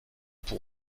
pour